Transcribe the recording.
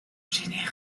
générale